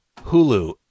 Hulu